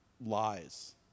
lies